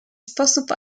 sposób